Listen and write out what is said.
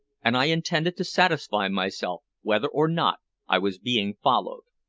and i intended to satisfy myself whether or not i was being followed.